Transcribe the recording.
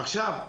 עכשיו,